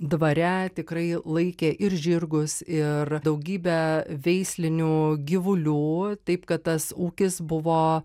dvare tikrai laikė ir žirgus ir daugybę veislinių gyvulių taip kad tas ūkis buvo